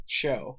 show